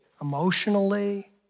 emotionally